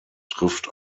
trifft